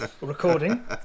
recording